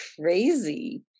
crazy